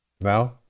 Now